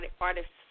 artists